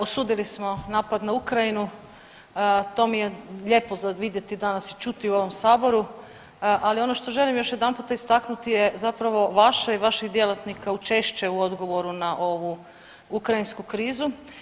Osudili smo napad na Ukrajinu to je mi je lijepo za vidjeti danas i čuti u ovom saboru, ali ono što želim još jedanput istaknuti je zapravo vaše i vaših djelatnika učešće u odgovoru na ovu ukrajinsku krizu.